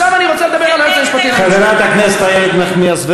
היועץ המשפטי לממשלה, זה לא נגד בג"ץ.